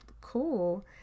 cool